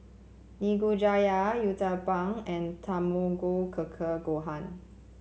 Nikujaga Uthapam and Tamago Kake Gohan